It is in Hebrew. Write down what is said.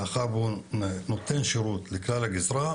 מאחר והוא נותן שירות לכלל הגזרה.